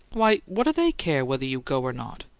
why, what do they care whether you go or not?